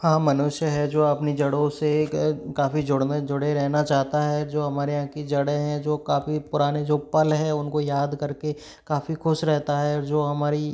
हाँ मनुष्य है जो अपनी जड़ों से काफ़ी जुड़ने जुड़े रहना चाहता है जो हमारे यहाँ की जड़ें हैं जो काफ़ी पुरानी जो पल हैं उनको याद करके काफ़ी खुश रहता है और जो हमारी